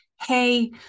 hey